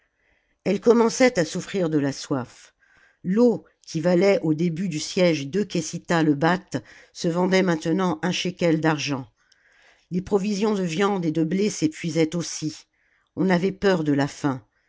elle commençait à souffrir de la soif l'eau qui valait au début du siège deux késitahs le bath se vendait maintenant un shekel d'argent les provisions de viande et de blé s'épuisaient aussi on avait peur de la faim